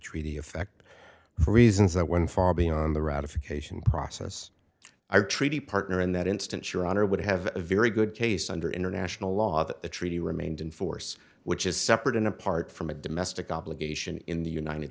treaty effect for reasons that when far beyond the ratification process i treaty partner in that instance your honor would have a very good case under international law that the treaty remained in force which is separate and apart from a domestic obligation in the united